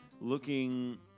looking